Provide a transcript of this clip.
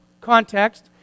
context